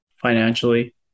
financially